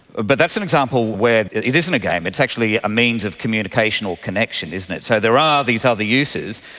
but that's an example where it isn't a game, it's actually a means of communication or connection, isn't it. so there are these other uses.